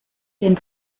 den